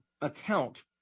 account